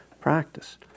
practice